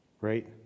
Right